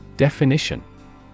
Definition